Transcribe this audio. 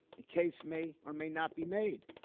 the case may or may not be made.